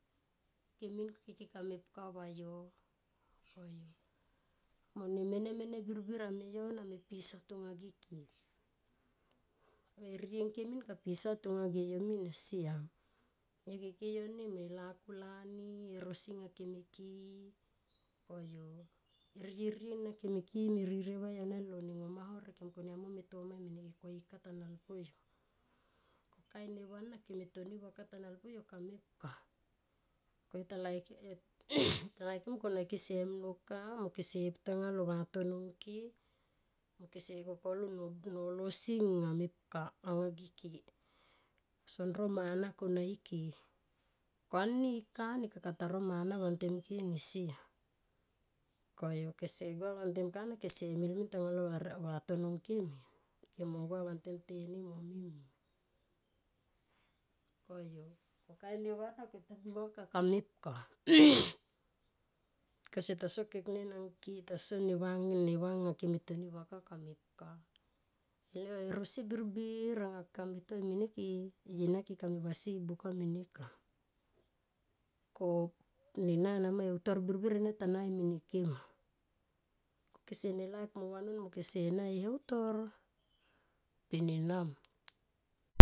Kemin ike ka mepa va yo koyu mo ne meme meme birbir ame yo na me pisa tonga ge ke erieng ke mina ka pisa tonga ge yo min siam. Yo keke yo nema e lakulani e rosi nga ke me ki i koyo ene rie na keme ki i me ririe vai aunia lo ne ngo ma horek ke mun kone amo me tomai mene ke ko ika ta nalpu yo. Kain ne va na ke me toni va kata nal pu yo. Kain ne va na ke me toni va kata nal pu yo kamep ka. Ko yo ta laikim ko na ke se mio ka mo kese pu tanga lo vatono ngke mo kese ko kolo nolo si nga mepka anga ge ke. Son no mana konga ike. ko ani ika ni kaka ta ro mana vantem ke ni siam koyu kese gua vantem ka na kese mil min talo vatono ngke min ke mo gua vantem tenim mo mimem koyu ko kain ne va na ke toni va ka kamepk bikos yo ta so keknen ang ke ta so ne va nga ka me toi mene ke ve na keka me vasi i buka mene ke ma ko kese ne laik mo kese na e utor pe nena ma.